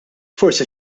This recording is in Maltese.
forsi